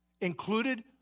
included